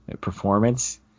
performance